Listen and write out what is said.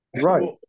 Right